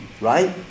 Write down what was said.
right